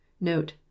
Note